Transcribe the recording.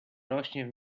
rośnie